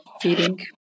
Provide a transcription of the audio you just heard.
Feeding